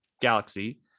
Galaxy